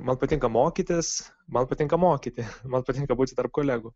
man patinka mokytis man patinka mokyti man patinka būti tarp kolegų